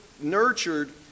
nurtured